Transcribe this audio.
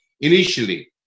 initially